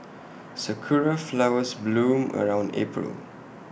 Sakura Flowers bloom around April